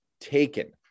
taken